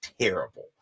terrible